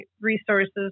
resources